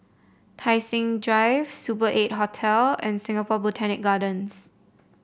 Tai Seng Drive Super Eight Hotel and Singapore Botanic Gardens